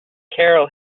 carol